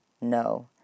No